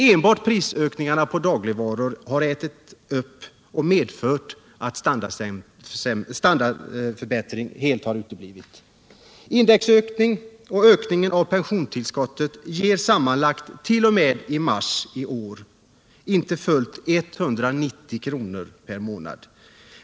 Enbart prisökningarna på dagligvaror har ätit upp detta belopp och medfört att standardförbättringen helt uteblivit. Indexökningen och höjningen av pensionstillskottet ger sammanlagt t.o.m. mars i år inte fullt 190 kr. per månad.